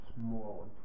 small